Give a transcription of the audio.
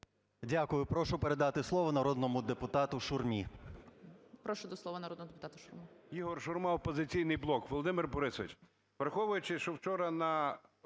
Дякую. Прошу передати слово народному депутату Шурмі.